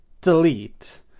delete